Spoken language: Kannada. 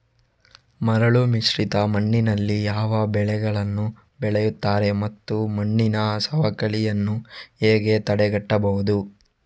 ಮರಳುಮಿಶ್ರಿತ ಮಣ್ಣಿನಲ್ಲಿ ಯಾವ ಬೆಳೆಗಳನ್ನು ಬೆಳೆಯುತ್ತಾರೆ ಮತ್ತು ಮಣ್ಣಿನ ಸವಕಳಿಯನ್ನು ಹೇಗೆ ತಡೆಗಟ್ಟಬಹುದು?